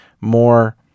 more